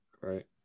right